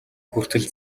хүртэл